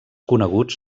coneguts